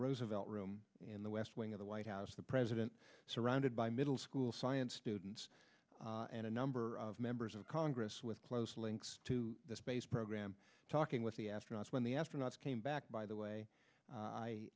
roosevelt room in the west wing of the white house the president surrounded by middle school science students and a number of members of congress with close links to the space program talking with the astronauts when the astronauts came back by the way